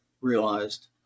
realized